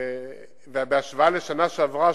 ובהשוואה לשנה שעברה,